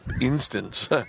instance